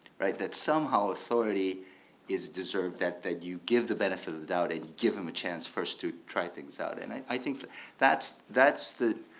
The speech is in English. right? that somehow authority is deserved that that you give the benefit of doubt and give them a chance first to try things out. and i think that's that's the